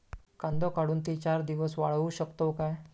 कांदो काढुन ती चार दिवस वाळऊ शकतव काय?